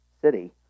city